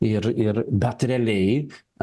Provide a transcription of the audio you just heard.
ir ir bet realiai